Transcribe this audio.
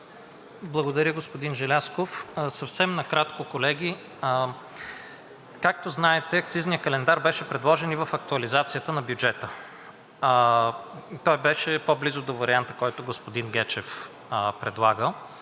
Благодаря, господин Желязков. Съвсем накратко, колеги. Както знаете, акцизният календар беше предложен и в актуализацията на бюджета. Той беше по-близо до варианта, който господин Гечев предлага